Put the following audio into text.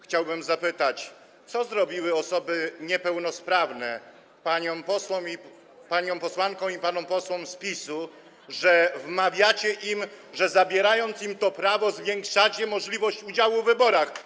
Chciałbym zapytać: Co zrobiły osoby niepełnosprawne paniom posłankom i panom posłom z PiS-u, że wmawiacie im, że zabierając im to prawo, zwiększacie możliwość udziału w wyborach?